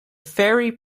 fairy